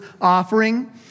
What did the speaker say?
offering